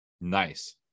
Nice